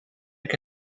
que